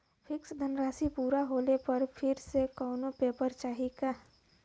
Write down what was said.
Fix धनराशी पूरा होले पर फिर से कौनो पेपर चाही का?